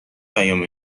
پیام